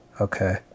Okay